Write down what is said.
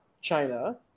China